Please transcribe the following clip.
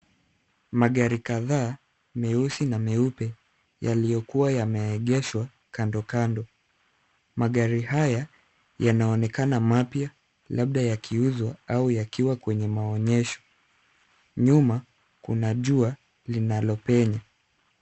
Magari kadhaa, meusi na meupe yaliyokuwa yameegeshwa kando kando. Magari haya, yanaonekana mapya laba yakiuzwa au yakiwa maonyesho. Nyuma kuna jua linalopenya.